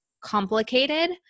complicated